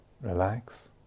relax